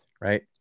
right